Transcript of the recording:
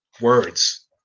words